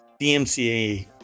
DMCA